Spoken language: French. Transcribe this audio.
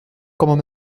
comment